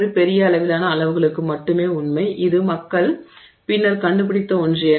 இது ஒரு பெரிய அளவிலான அளவுகளுக்கு மட்டுமே உண்மை இது மக்கள் பின்னர் கண்டுபிடித்த ஒன்று